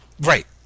Right